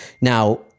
Now